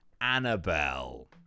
Annabelle